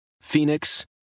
Phoenix